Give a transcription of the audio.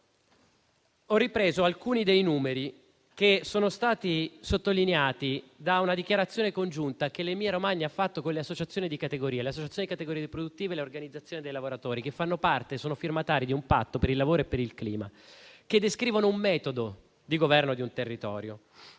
Ho ripreso alcuni dei numeri che sono stati sottolineati da una dichiarazione congiunta che l'Emilia-Romagna ha fatto con le associazioni di categoria produttive e le organizzazioni dei lavoratori, che fanno parte e sono firmatarie di un patto per il lavoro e il clima, che descrivono un metodo di governo del territorio.